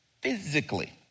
physically